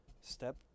step